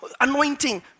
anointing